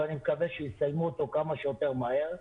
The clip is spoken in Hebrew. ואני מקווה שיסיימו אותו כמה שיותר מהר.